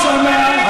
מיקי לוי.